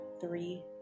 three